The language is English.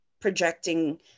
projecting